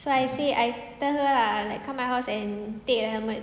so I say I tell her lah like come my house and take a helmet